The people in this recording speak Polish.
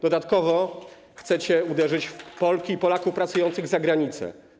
Dodatkowo chcecie uderzyć w Polki i Polaków pracujących za granicą.